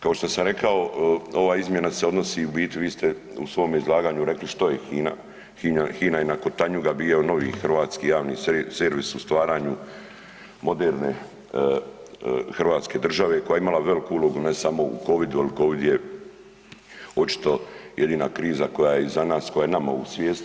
Kao što sam rekao ova izmjena se odnosi u biti, vi ste u svom izlaganju rekli što je HINA, HINA je nakon Tanjuga bio novi hrvatski javni servis u stvaranju moderne Hrvatske države koja je imala veliku ulogu ne samo u covidu jer covid je očito jedina kriza koja je iza nas, koja je nama u svijesti.